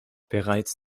bereits